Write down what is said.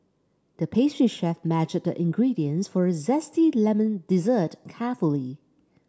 the pastry chef measured the ingredients for a zesty lemon dessert carefully